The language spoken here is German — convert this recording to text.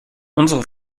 unserer